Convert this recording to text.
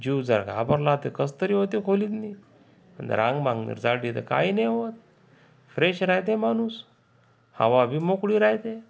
जीव जर घाबरला तर कसंतरी होते खोलीतनी रांगबांग जर जाळले तर काही नाही होत फ्रेश राहते माणूस हवा बी मोकळी राहते